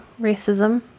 racism